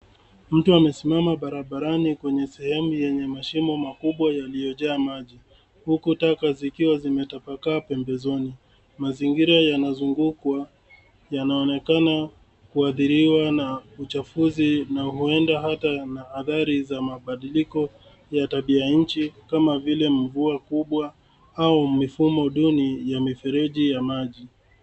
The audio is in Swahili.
Mtu amesimama barabarani kwenye sehemu yenye mashimo makubwa yaliyojaa maji, huku taka zikiwa zimetapakaa pembezoni. Mazingira yanazungukwa. Yanaonekana kuathiriwa na uchafuzi na huenda hata na athari za mabadiliko ya tabia nchi kama vile mvua kubwa au mifumo duni ya mifereji ya maji.